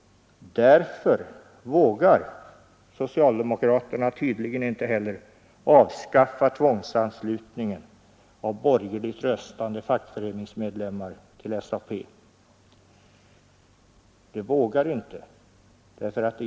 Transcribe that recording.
Därför vågar socialdemokraterna tydligen inte heller avskaffa tvångsanslutningen till SAP av borgerligt röstande fackföreningsmedlemmar.